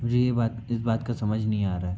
जी ये बात इस बात का समझ नहीं आ रहा है